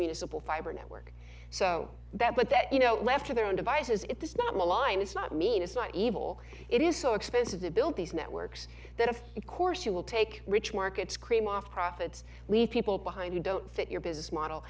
municipal fiber network so that but that you know left to their own devices it does not malign it's not mean it's not evil it is so expensive to build these networks that of course you will take rich markets cream off profits leave people behind you don't fit your business model